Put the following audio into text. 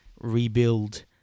rebuild